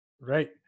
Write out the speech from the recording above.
Right